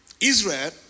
Israel